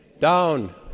Down